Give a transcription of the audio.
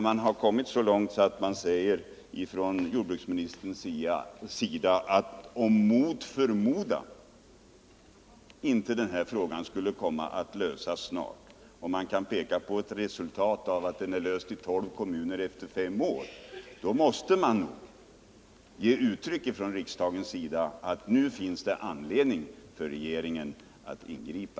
Men när det nu inte har gått längre än att jordbruksministern säger att om den här frågan mot förmodan inte skulle komma att lösas när man kan peka på att den är löst i bara tolv kommuner efter fem år, så måste man från riksdagens sida uttala att det finns anledning för regeringen att ingripa.